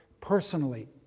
personally